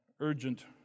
urgent